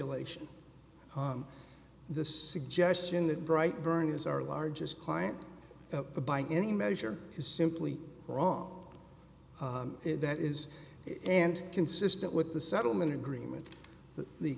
ation the suggestion that bright burn is our largest client by any measure is simply wrong that is and consistent with the settlement agreement th